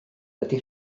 ydy